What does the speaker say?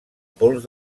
pols